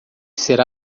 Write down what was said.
será